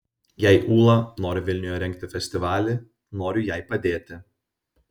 jei ūla nori vilniuje rengti festivalį noriu jai padėti